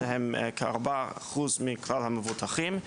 שהם כ-4% מכלל המבוטחים.